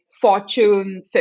fortune